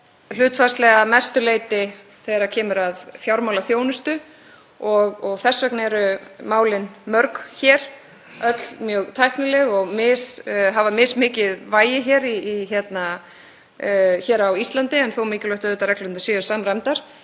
hlutfallslega mestur þegar kemur að fjármálaþjónustu. Þess vegna eru málin mörg hér, öll mjög tæknileg en hafa mismikið vægi hér á Íslandi, og mikilvægt að reglurnar séu samræmdar.